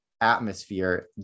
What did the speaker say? atmosphere